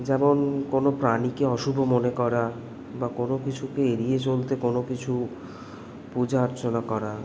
যেমন কোনো প্রাণীকে অশুভ মনে করা বা কোনো কিছুকে এড়িয়ে চলতে কোনো কিছু পূজা অর্চনা করা